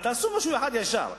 תעשו משהו אחד ישר.